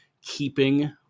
keeping